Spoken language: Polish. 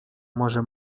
może